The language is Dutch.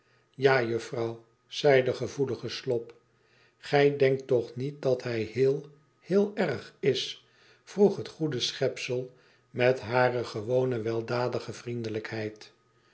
jufirouw zei de gevoelige slop gij denkt toch niet dat hij heel heel erg is vroeg het goede schepsel met hare gewone weldadige vriendelijkheid